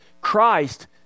Christ